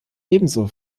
ebenso